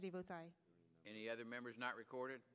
now any other members not recorded